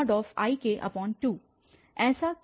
ऐसा क्यों है